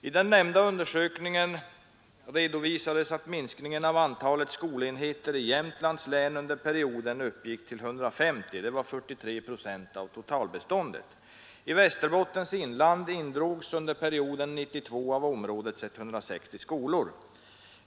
I den nämnda undersökningen redovisades att minskningen av antalet skolenheter i Jämtlands län under perioden uppgick till 150 stycken. Det var 45 procent av totalbeståndet. I Västerbottens inland indrogs under perioden 92 av områdets 160 skolor.